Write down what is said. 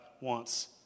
wants